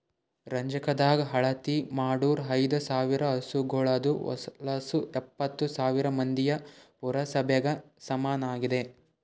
ರಂಜಕದಾಗ್ ಅಳತಿ ಮಾಡೂರ್ ಐದ ಸಾವಿರ್ ಹಸುಗೋಳದು ಹೊಲಸು ಎಪ್ಪತ್ತು ಸಾವಿರ್ ಮಂದಿಯ ಪುರಸಭೆಗ ಸಮನಾಗಿದೆ